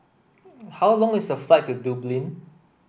how long is a flight to Dublin